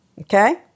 okay